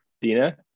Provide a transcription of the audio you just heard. Dina